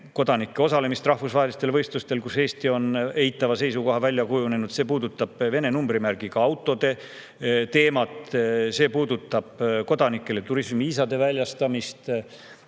kodanike osalemist rahvusvahelistel võistlustel, mille kohta Eesti on eitava seisukoha välja kujundanud, see puudutab Vene numbrimärgiga autode teemat, see puudutab kodanikele turismiviisade väljastamist,